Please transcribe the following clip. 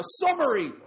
Summary